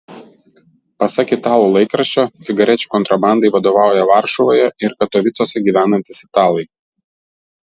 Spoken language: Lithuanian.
pasak italų laikraščio cigarečių kontrabandai vadovauja varšuvoje ir katovicuose gyvenantys italai